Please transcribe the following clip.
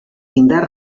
indar